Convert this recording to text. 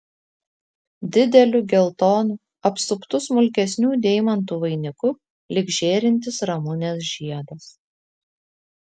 dideliu geltonu apsuptu smulkesnių deimantų vainiku lyg žėrintis ramunės žiedas